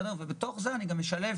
ובתוך זה אני אשלב